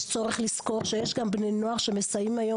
צריך לזכור שיש גם בני נוער שמסייעים היום,